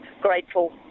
grateful